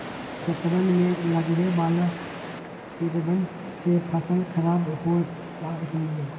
खेतवन में लगवे वाला कीड़वन से फसल खराब हो जाहई